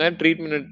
treatment